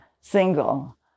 single